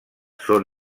són